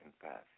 confess